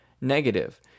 negative